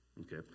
Okay